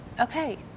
okay